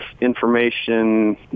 information